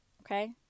Okay